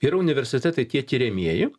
yra universitetai tie tiriamieji